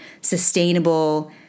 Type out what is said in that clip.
sustainable